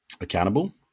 accountable